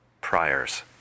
priors